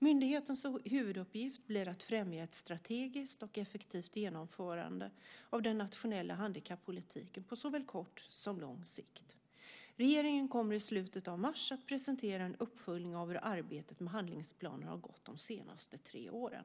Myndighetens huvuduppgift blir att främja ett strategiskt och effektivt genomförande av den nationella handikappolitiken på såväl kort som lång sikt. Regeringen kommer i slutet av mars att presentera en uppföljning av hur arbetet med handlingsplanen har gått de senaste tre åren.